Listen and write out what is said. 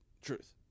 Truth